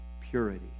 purity